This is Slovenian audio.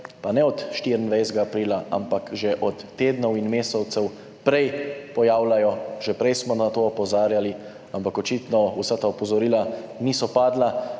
pa ne od 24. aprila, ampak že od tednov in mesecev prej pojavljajo. Že prej smo na to opozarjali, ampak očitno vsa ta opozorila niso padla